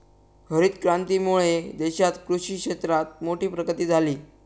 हरीत क्रांतीमुळे देशात कृषि क्षेत्रात मोठी प्रगती झाली